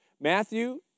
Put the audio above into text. Matthew